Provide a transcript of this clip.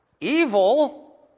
Evil